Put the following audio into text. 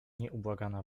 nieubłagana